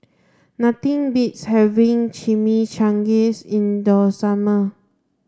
nothing beats having Chimichangas in the summer